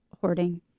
hoarding